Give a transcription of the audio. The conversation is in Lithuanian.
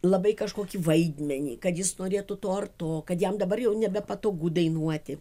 labai kažkokį vaidmenį kad jis norėtų to ar to kad jam dabar jau nebepatogu dainuoti